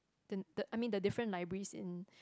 I mean the different libraries in